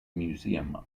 museum